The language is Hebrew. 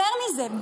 יותר מזה,